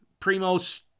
Primos